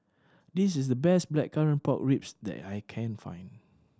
this is the best Blackcurrant Pork Ribs that I can find